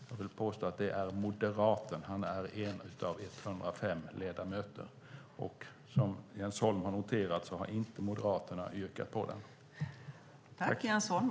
Jag vill påstå att det handlar om moderaten. Han är en av ca 105 ledamöter. Och som Jens Holm har noterat har Moderaterna inte yrkat bifall till den.